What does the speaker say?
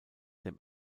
dem